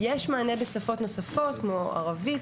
יש מענה בשפות נוספות כמו: ערבית,